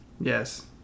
Yes